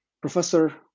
Professor